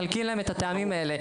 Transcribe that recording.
מחלקים להם את הטעמים האלה.